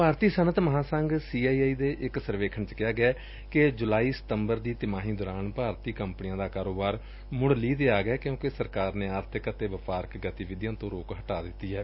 ਭਾਰਤੀ ਸੱਨਅਤ ਮਹਾਂਸੰਘ C I I ਦੇ ਇਕ ਸਰਵੇਖਣ ਚ ਕਿਹਾ ਗਿਐ ਕਿ ਜੁਲਾਈ ਸਤੰਬਰ ਦੀ ਤਿਮਾਹੀ ਦੌਰਾਨ ਭਾਰਤੀ ਕੰਪਨੀਆਂ ਦਾ ਕਾਰੋਬਾਰ ਮੁੜ ਲੀਹ ਤੇ ਆ ਗਿਐ ਕਿਊਕਿ ਸਰਕਾਰ ਨੇ ਆਰਥਿਕ ਅਤੇ ਵਪਾਰਕ ਗਤੀਵਿਧੀਆਂ ਤੇ ਰੋਕ ਹਟਾ ਦਿੱਤੀ ਏ